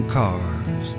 cars